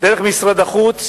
דרך משרד החוץ,